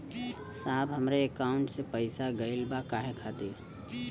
साहब हमरे एकाउंट से पैसाकट गईल बा काहे खातिर?